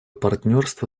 партнерство